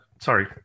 Sorry